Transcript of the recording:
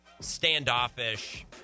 standoffish